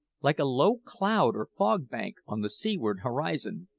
like a low cloud or fog-bank, on the seaward horizon.